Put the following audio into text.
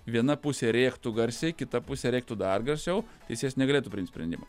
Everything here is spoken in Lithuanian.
viena pusė rėktų garsiai kita pusė reiktų dar garsiau teisėjas negalėtų priimt sprendimo